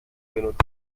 benutzen